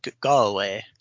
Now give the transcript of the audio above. Galway